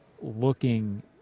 looking